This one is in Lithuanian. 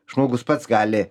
žmogus pats gali